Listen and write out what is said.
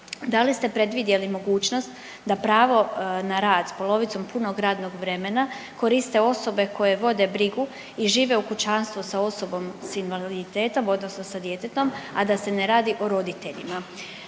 da li ste predvidjeli mogućnost da pravo na rad s polovicom punog radnog vremena, koriste osobe koje vode brigu i žive u kućanstvu sa osobom s invaliditetom, odnosno sa djetetom, a da se ne radi o roditeljima.